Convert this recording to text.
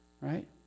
right